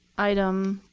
item